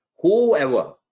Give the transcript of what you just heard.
whoever